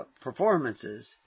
performances